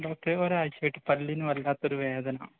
ഡോക്ടറെ ഒരാഴ്ചയായിട്ട് പല്ലിനു വല്ലാത്തൊരു വേദന